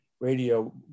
radio